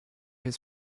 his